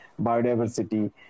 biodiversity